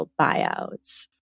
buyouts